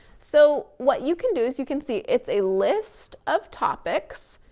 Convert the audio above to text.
so, what you can do is you can see it's a list of topics.